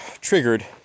triggered